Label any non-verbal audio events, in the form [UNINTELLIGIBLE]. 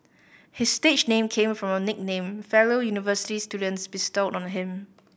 his stage name came from a nickname fellow university students bestowed on [UNINTELLIGIBLE] him